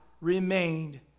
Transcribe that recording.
remained